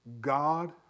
God